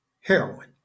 heroin